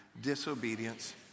Disobedience